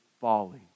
folly